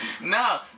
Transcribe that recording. No